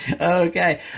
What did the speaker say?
Okay